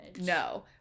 No